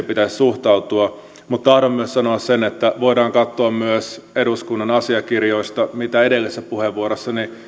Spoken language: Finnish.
pitäisi suhtautua tahdon myös sanoa sen että voidaan katsoa myös eduskunnan asiakirjoista miten edellisessä puheenvuorossani